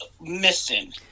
missing